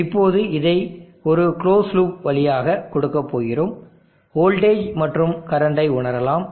இப்போது இதை ஒரு க்ளோஸ் லூப் வழியாக கொடுக்கப் போகிறோம் வோல்டேஜ் மற்றும் கரண்டை உணரலாம்